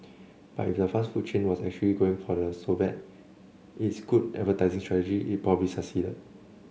but if the fast food chain was actually going for the so bad it's good advertising strategy it probably succeeded